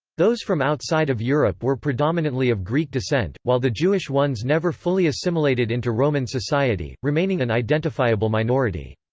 those from outside of europe were predominantly of greek descent, while the jewish ones never fully assimilated into roman society, remaining an identifiable minority.